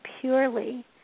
purely